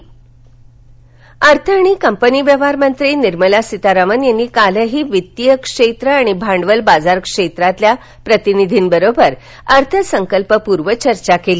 अर्थसंकल्प पूर्व चर्चा अर्थ आणि कंपनी व्यवहार मंत्री निर्मला सीतारमण यांनी कालही वित्तीय क्षेत्र आणि भांडवल बाजार क्षेत्रातल्या प्रतिनिधींबरोबर अर्थसंकल्प पूर्व चर्चा केली